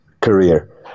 career